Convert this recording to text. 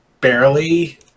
barely